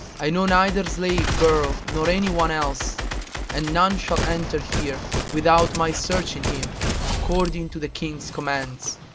i know neither slave girl nor anyone else and none shall enter here without my searching him according to the king's commands.